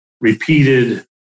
repeated